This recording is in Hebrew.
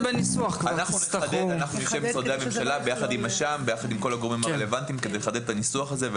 אנחנו נחדד את הניסוח הזה,